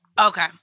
Okay